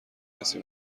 کسی